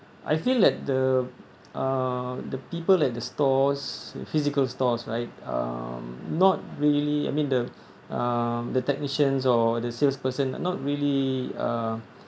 I feel that the uh the people at the stores physical stores right um not really I mean the uh the technicians or the salesperson not really uh